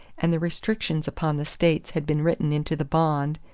and the restrictions upon the states had been written into the bond,